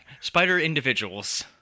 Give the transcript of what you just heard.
Spider-Individuals